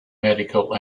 medical